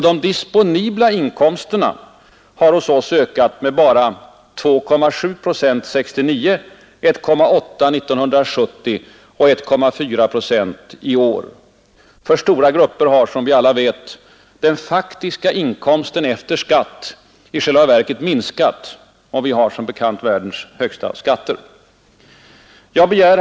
De disponibla inkomsterna har hos oss ökat med bara 2,7 procent 1969, 1,8 procent 1970 och 1,4 procent i år. För stora grupper har, som vi alla vet, den faktiska inkomsten efter skatt i själva verket minskat. Och vi har som bekant världens högsta skatter. Herr talman!